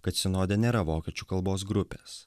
kad sinode nėra vokiečių kalbos grupės